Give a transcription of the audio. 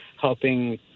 helping